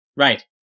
Right